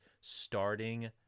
starting